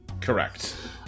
Correct